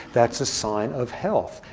that's a sign of health.